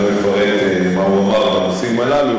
אפשר לברר מה הוא אמר בנושאים הללו.